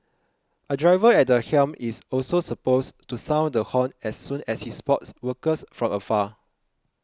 a driver at the helm is also supposed to sound the horn as soon as he spots workers from afar